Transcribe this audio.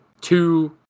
two